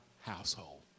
household